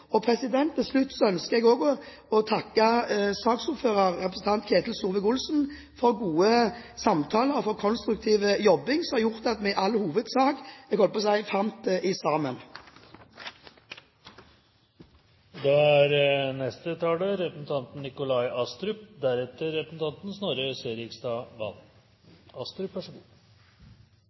Til slutt ønsker jeg å takke saksordføreren, representanten Ketil Solvik-Olsen, for gode samtaler og konstruktiv jobbing som har gjort at vi i all hovedsak – jeg holdt på å si – fant sammen. Det er